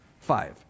Five